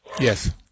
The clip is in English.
Yes